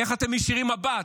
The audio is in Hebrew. איך אתם מישירים מבט?